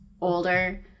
older